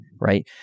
Right